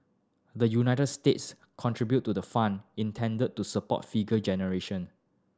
the United States contribute to the fund intended to support figure generation